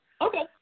Okay